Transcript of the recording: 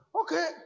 Okay